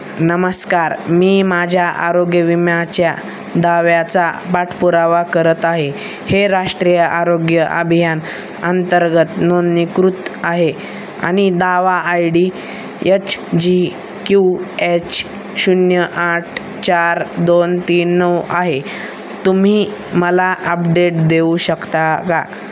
नमस्कार मी माझ्या आरोग्य विम्याच्या दाव्याचा पाठपुरावा करत आहे हे राष्ट्रीय आरोग्य अभियान अंतर्गत नोंदणीकृत आहे आणि दावा I D H G Q H शून्य आठ चार दोन तीन नऊ आहे तुम्ही मला अपडेट देऊ शकता गा